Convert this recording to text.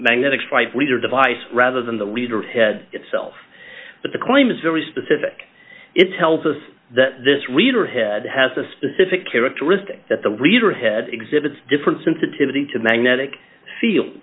magnetic stripe reader device rather than the reader itself but the claim is very specific it tells us that this reader head has a specific characteristic that the reader head exhibits different sensitivity to magnetic field